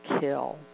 kill